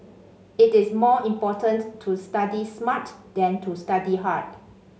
it is more important to study smart than to study hard